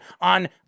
on